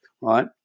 right